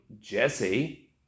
Jesse